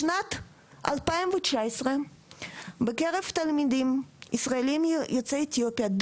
בשנת 2019 בקרב תלמידים ישראלים יוצאי אתיופיה,